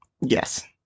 Yes